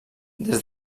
des